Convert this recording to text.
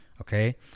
okay